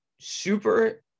super